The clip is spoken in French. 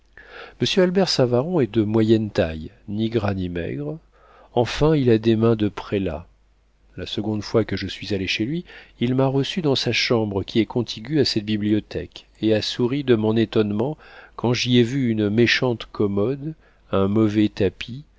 savaron est de moyenne taille ni gras ni maigre enfin il a des mains de prélat la seconde fois que je suis allé chez lui il m'a reçu dans sa chambre qui est contiguë à cette bibliothèque et a souri de mon étonnement quand j'y ai vu une méchante commode un mauvais tapis